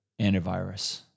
antivirus